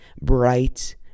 bright